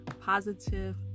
positive